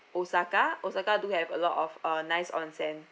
osaka do have a lot of uh nice onsen